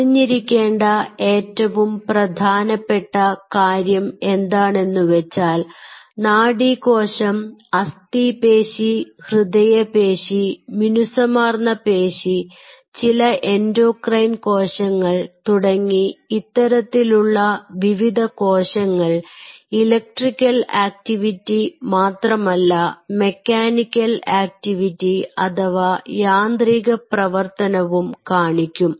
അറിഞ്ഞിരിക്കേണ്ട ഏറ്റവും പ്രധാനപ്പെട്ട കാര്യം എന്താണെന്നുവെച്ചാൽ നാഡീകോശം അസ്ഥിപേശി ഹൃദയപേശി മിനുസമാർന്ന പേശി ചില എൻഡോക്രൈൻ കോശങ്ങൾ തുടങ്ങി ഇത്തരത്തിലുള്ള വിവിധ കോശങ്ങൾ ഇലക്ട്രിക്കൽ ആക്ടിവിറ്റി മാത്രമല്ല മെക്കാനിക്കൽ ആക്ടിവിറ്റി അഥവാ യാന്ത്രിക പ്രവർത്തനവും കാണിക്കും